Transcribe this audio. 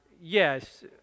yes